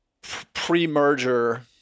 pre-merger